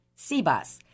CBUS